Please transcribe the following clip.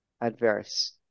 adverse